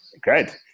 Great